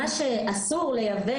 מה שאסור לייבא,